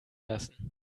lassen